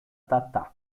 tata